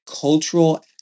Cultural